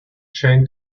chain